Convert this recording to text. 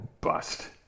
bust